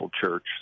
church